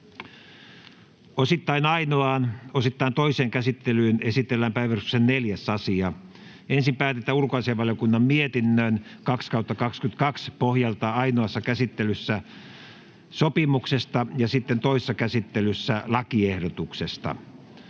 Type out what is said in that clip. osittain toiseen käsittelyyn esitellään päiväjärjestyksen 5. asia. Ensin päätetään ulkoasiainvaliokunnan mietinnön UaVM 3/2022 vp pohjalta ainoassa käsittelyssä sopimuksesta ja sitten toisessa käsittelyssä lakiehdotuksesta.